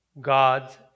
God's